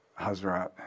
Hazrat